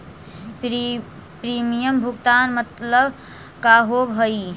Premium भुगतान मतलब का होव हइ?